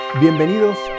Bienvenidos